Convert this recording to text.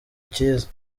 akizi